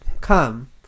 Come